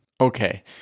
Okay